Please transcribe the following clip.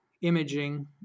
imaging